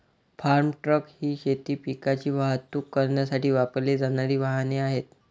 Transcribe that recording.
form truck ही शेती पिकांची वाहतूक करण्यासाठी वापरली जाणारी वाहने आहेत